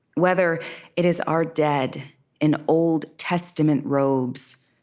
whether it is our dead in old testament robes,